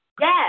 Yes